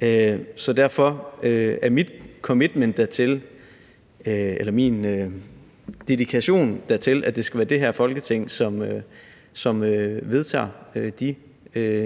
Det er jo alt for lidt. Så derfor er min dedikation dertil, at det skal være det her Folketing, som vedtager de